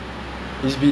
yes